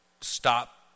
stop